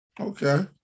Okay